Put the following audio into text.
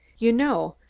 you know,